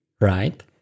right